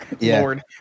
Lord